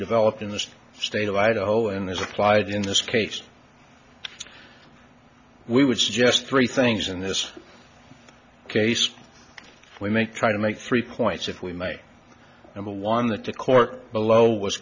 developed in the state of idaho and there's a slide in this case we would suggest three things in this case we make try to make three points if we may number one that the court below was